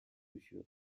usual